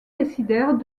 décidèrent